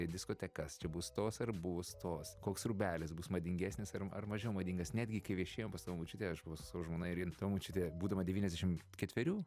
apie diskotekas čia bus tos ar bus tos koks rūbelis bus madingesnis ar ar mažiau madingas netgi kai viešėjom pas močiutę aš su savo žmona ir jin tavo močiutė būdama devyniasdešim ketverių